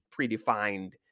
predefined